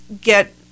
get